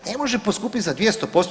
Ne može poskupiti za 200%